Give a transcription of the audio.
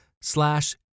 slash